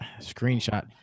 screenshot